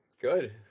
Good